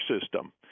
system